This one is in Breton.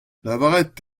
lavaret